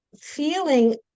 feeling